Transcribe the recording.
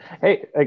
Hey